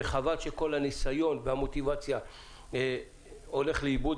וחבל שכל הניסיון והמוטיבציה הולכים לאיבוד.